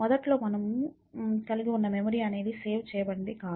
మొదట్లో మనము కలిగి ఉన్న మెమరీ అనేది సేవ్ చేయబడినది కాదు